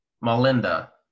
Melinda